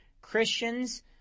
Christians